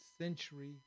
century